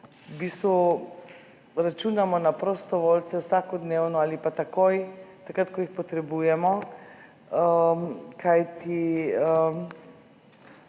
v bistvu računamo na prostovoljce vsakodnevno ali pa takoj, takrat, ko jih potrebujemo, kajti